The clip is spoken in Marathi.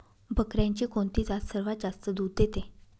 बकऱ्यांची कोणती जात सर्वात जास्त दूध देते?